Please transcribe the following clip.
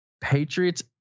Patriots